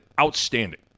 outstanding